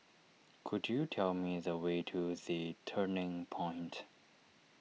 could you tell me the way to the Turning Point